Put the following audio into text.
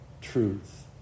truth